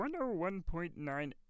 101.9